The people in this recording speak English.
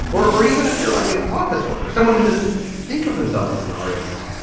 or or even if you're like an office worker, someone who doesn't think of themselves as an artist?